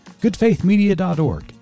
Goodfaithmedia.org